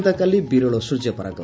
ଆସନ୍ତାକାଲି ବିରଳ ସ୍ର୍ଯ୍ୟ ପରାଗ